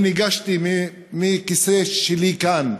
אני ניגשתי מהכיסא שלי כאן,